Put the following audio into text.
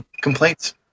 Complaints